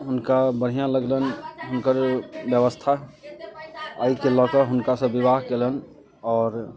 हुनका बढ़िआँ लगलनि हुनकर बेबस्था एहिके लऽ कऽ हुनकासँ बिआह कएलनि आओर